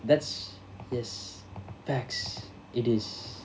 that's his facts it is